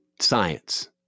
science